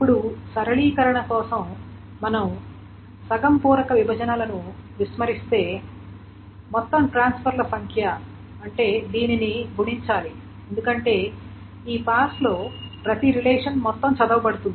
ఇప్పుడు సరళీకరణ కోసం మనం సగం పూరక విభజనలను విస్మరిస్తే కాబట్టి మొత్తం ట్రాన్స్ఫర్ల సంఖ్య అంటే దీనిని గుణించాలి ఎందుకంటే ఈ పాస్లో ప్రతి రిలేషన్ మొత్తం చదవబడుతుంది